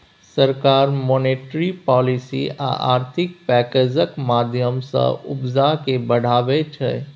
सरकार monetary policy आ आर्थिक पैकैजक माध्यमँ सँ उपजा केँ बढ़ाबै छै